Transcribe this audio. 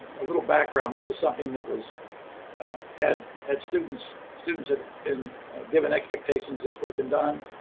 a little background. this is something that was had had students students had been given expectations this would have been done.